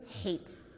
hates